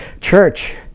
church